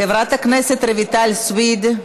חברת הכנסת רויטל סויד,